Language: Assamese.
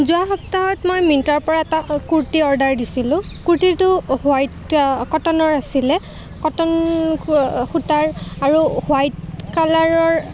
যোৱা সপ্তাহত মই মীণ্ট্ৰাৰপৰা এটা কুৰ্তী অৰ্ডাৰ দিছিলোঁ কুৰ্তীটো হোৱাইট কটনৰ আছিলে কটন সূতাৰ আৰু হোৱাইট কালাৰৰ